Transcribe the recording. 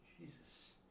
Jesus